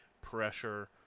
pressure